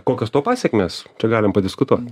kokios to pasekmės čia galim padiskutuot